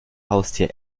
haustier